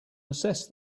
assessed